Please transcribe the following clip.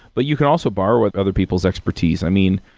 but you can also borrow with other people's expertise. i mean,